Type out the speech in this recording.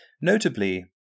Notably